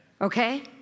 okay